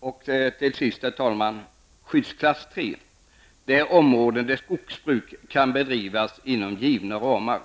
Slutligen, herr talman, till skyddsklass 3. Den omfattar områden där skogsbruk kan drivas inom givna ramar.